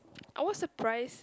I was surprise